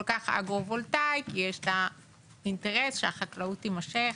כך אגרו-וולטאי כי יש את האינטרס שהחקלאות תימשך,